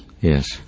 yes